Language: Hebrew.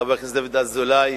חבר הכנסת דוד אזולאי,